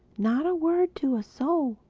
not a word to a soul.